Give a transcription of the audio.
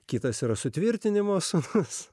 kitas yra sutvirtinimo sofas